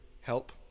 help